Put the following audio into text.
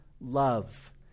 love